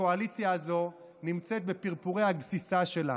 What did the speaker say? הקואליציה הזו נמצאת בפרפורי הגסיסה שלה.